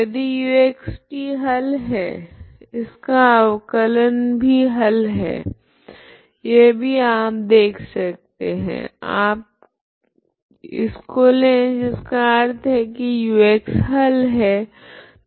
यदि uxt हल है तो इसका अवकलन भी हल है यह भी आप देख सकते है आप को ले जिसका अर्थ है की ux हल है